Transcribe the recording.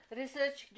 research